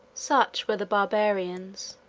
such were the barbarians,